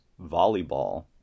Volleyball